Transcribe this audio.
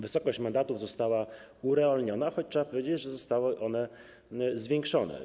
Wysokość mandatów została urealniona, choć trzeba powiedzieć, że zostały one zwiększone.